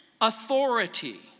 authority